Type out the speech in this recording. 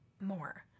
more